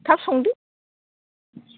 थाब संदो